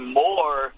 more